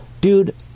Dude